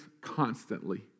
Constantly